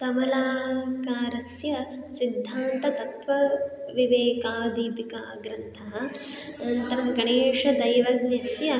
कमलाकरस्य सिद्धान्ततत्त्वविवेकादीपिकाग्रन्थः अनन्तरं गणेशदैवज्ञस्य